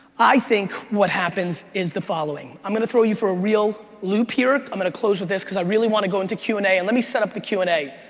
i think what happens is the following. i'm gonna throw you for a real loop here. i'm gonna close with this because i really want to go into q and a. and let me set up the q and a.